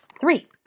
Three